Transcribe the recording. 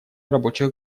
рабочих